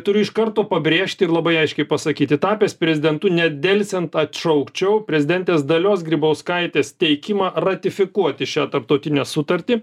turiu iš karto pabrėžti ir labai aiškiai pasakyti tapęs prezidentu nedelsiant atšaukčiau prezidentės dalios grybauskaitės teikimą ratifikuoti šią tarptautinę sutartį